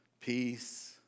peace